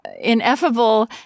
ineffable